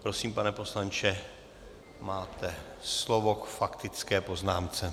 Prosím, pane poslanče, máte slovo k faktické poznámce.